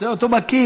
רוצה אותו בכיס.